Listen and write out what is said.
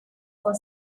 for